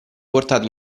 portati